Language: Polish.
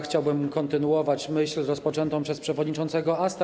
Chciałbym kontynuować myśl rozpoczętą przez przewodniczącego Asta.